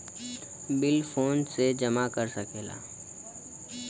bill फोने से जमा कर सकला